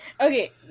okay